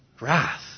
wrath